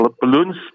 balloons